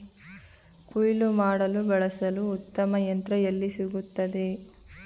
ಕುಯ್ಲು ಮಾಡಲು ಬಳಸಲು ಉತ್ತಮ ಯಂತ್ರ ಎಲ್ಲಿ ಸಿಗುತ್ತದೆ?